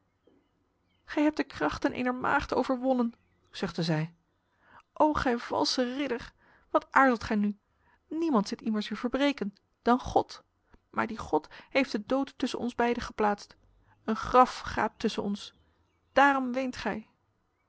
gij hebt de krachten ener maagd overwonnen zuchtte zij o gij valse ridder wat aarzelt gij nu niemand ziet immers uw verbreken dan god maar die god heeft de dood tussen ons beiden geplaatst een graf gaapt tussen ons daarom weent gij